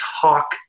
talk